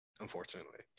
Unfortunately